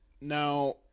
Now